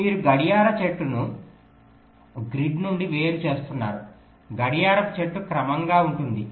మీరు గడియార చెట్టును గ్రిడ్ నుండి వేరు చేస్తున్నారు గడియారపు చెట్టు క్రమంగా ఉంటుంది